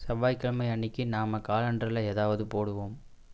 செவ்வாய்க்கிழமை அன்னைக்கு நாம் காலண்டரில் ஏதாவது போடுவோம்